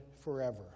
forever